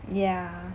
yeah